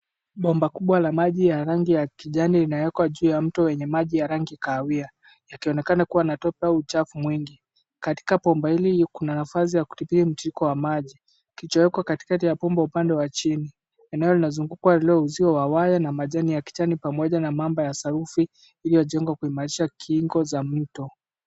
Bomba kubwa la maji ya rangi ya kijani linawekwa juu ya mto wenye maji ya rangi kahawia, yakionekana kuwa na tope au uchafu mwingi. Katika bomba hili kuna nafasi ya kutibiwa mtiririko wa maji. Kilichoko katikati ya bomba upande wa chini, eneo linalozungukwa lililo uzio wa waya na majani ya kijani pamoja na mamba ya sarufi iliyojengwa kuimarisha kingo za mto.